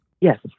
Yes